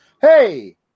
Hey